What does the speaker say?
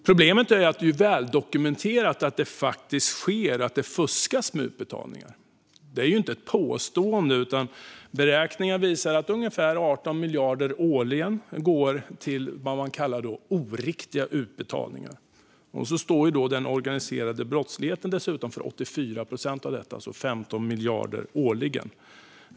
Problemet är att det är väldokumenterat att det faktiskt sker fusk med utbetalningar. Det är inte något påstående, utan beräkningar visar att ungefär 18 miljarder årligen går till vad man kallar oriktiga utbetalningar. Den organiserade brottsligheten står för 84 procent av detta, det vill säga 15 miljarder årligen.